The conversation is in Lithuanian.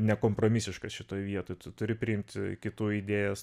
nekompramisiškas šitoj vietoj tu turi priimt kitų idėjas